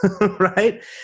right